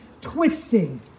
twisting